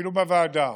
אפילו בוועדה,